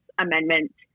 amendment